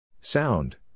Sound